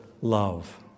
love